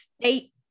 state